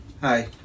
Hi